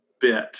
bit